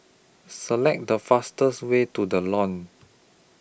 Select The fastest Way to The Lawn